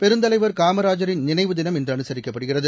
பெருந்தலைவர் காமராஜரின் நினைவு தினம் இன்று அனுசரிக்கப்படுகிறது